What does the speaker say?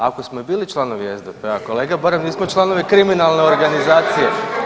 Ako smo i bili članovi SDP-a kolega barem nismo članovi kriminalne organizacije.